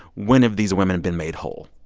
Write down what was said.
when have these women have been made whole?